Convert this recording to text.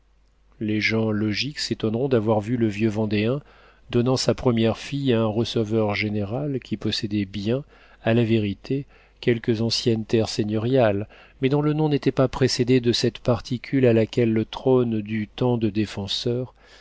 les gens logiques s'étonneront d'avoir vu le vieux vendéen donnant sa première fille à un receveur-général qui possédait bien à la vérité quelques anciennes terres seigneuriales mais dont le nom n'était pas précédé de cette particule à laquelle le trône dut tant de défenseurs